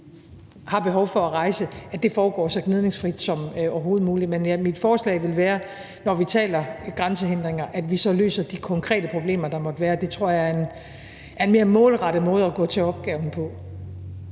har behov for at rejse – så gnidningsfrit som overhovedet muligt. Men mit forslag vil være, når vi taler grænsehindringer, at vi løser de konkrete problemer, der måtte være. Det tror jeg er en mere målrettet måde at gå til opgaven på.